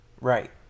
Right